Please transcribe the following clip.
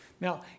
Now